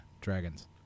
Dragons